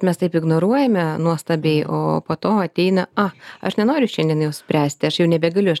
mes taip ignoruojame nuostabiai o po to ateina a aš nenoriu šiandien jau spręsti aš jau nebegaliu aš